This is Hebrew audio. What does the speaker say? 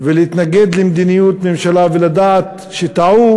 ולהתנגד למדיניות ממשלה ולדעת שטעו